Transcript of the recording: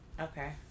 okay